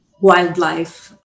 wildlife